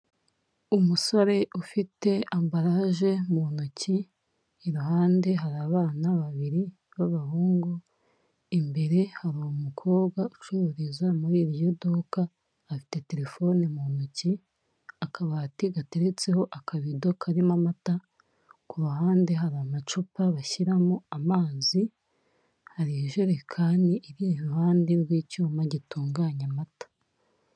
Umusore ufite ambaraje mu ntoki, iruhande hari abana babiri b'abahungu, imbere hari umukobwa ucururiza muri iryo duka afite terefone mu ntoki; akabati gateretseho akabido karimo amata, ku ruhande hari amacupa bashyiramo amazi, hari ijerekani iri iruhande rw'icyuma gitunganya amata.